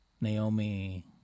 Naomi